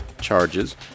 charges